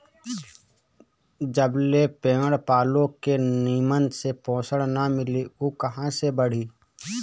जबले पेड़ पलो के निमन से पोषण ना मिली उ कहां से बढ़ी